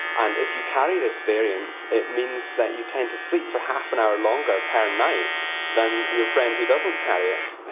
and if you carry this variant it means that you tend to sleep for half an hour longer per night than your friend who doesn't carry it.